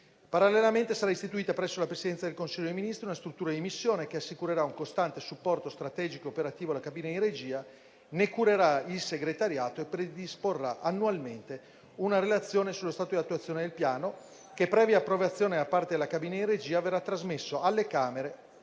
Parallelamente sarà istituita presso la Presidenza del Consiglio dei ministri una struttura di missione che assicurerà un costante supporto strategico ed operativo alla cabina di regia, ne curerà il segretariato e predisporrà annualmente una relazione sullo stato di attuazione del Piano che, previa approvazione da parte della cabina di regia, verrà trasmesso alle Camere